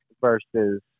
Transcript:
versus